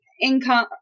income